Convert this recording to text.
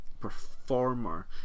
performer